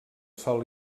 sòl